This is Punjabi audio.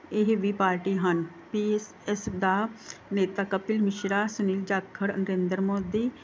ਇਹ ਵੀ ਪਾਰਟੀ ਹਨ ਪੀ ਐਸ ਐੱਸ ਦਾ ਨੇਤਾ ਕਪਿਲ ਮਿਸ਼ਰਾ ਸੁਨੀਲ ਜਾਖੜ ਨਰਿੰਦਰ ਮੋਦੀ